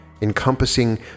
encompassing